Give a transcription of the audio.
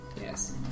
Yes